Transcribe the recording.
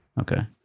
Okay